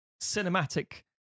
cinematic